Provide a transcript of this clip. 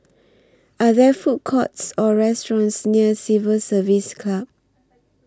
Are There Food Courts Or restaurants near Civil Service Club